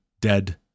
dead